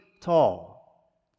tall